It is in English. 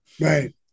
Right